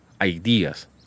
ideas